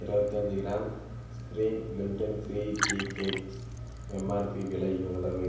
இருபத்தஞ்சு gram spring gluten free tea cakes MRP விலை எவ்வளவு